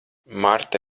marta